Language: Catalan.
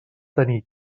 tenir